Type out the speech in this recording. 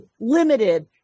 limited